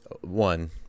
One